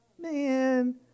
Man